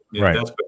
Right